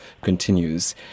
continues